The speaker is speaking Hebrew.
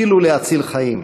אפילו להציל חיים.